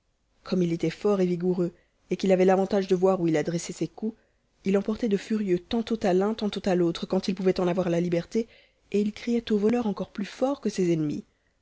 comme il était fort et vigoureux et qu'il avait l'avantage de voir où il adressait ses coups il en portait de furieux tantôt à l'un et tantôt à l'autre quand il pouvait en avoir la liberté et il criait au voleur encore plus fort que ses ennemis